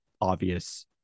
obvious